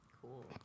Cool